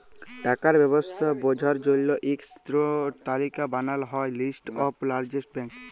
টাকার ব্যবস্থা বঝার জল্য ইক টো তালিকা বানাল হ্যয় লিস্ট অফ লার্জেস্ট ব্যাঙ্ক